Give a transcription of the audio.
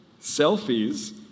selfies